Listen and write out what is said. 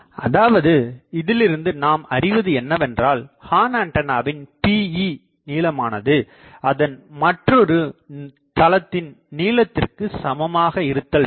அதாவது இதிலிருந்து நாம் அறிவது என்னவென்றால் ஹார்ன் ஆண்டனாவின்Pe நீளமானது அதன் மற்றொரு தளத்தின் நீளத்திற்குச் சமமாக இருத்தல்வேண்டும்